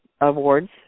awards